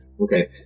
Okay